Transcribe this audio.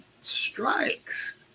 strikes